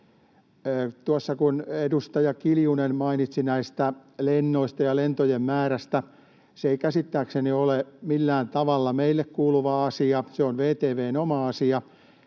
Tuossa kun edustaja Kiljunen mainitsi näistä lennoista ja lentojen määrästä, ne eivät käsittääkseni ole millään tavalla meille kuuluvia asioita. Ne ovat VTV:n omia asioita.